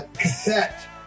cassette